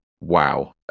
Wow